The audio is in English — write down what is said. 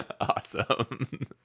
Awesome